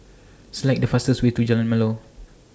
Select The fastest Way to Jalan Melor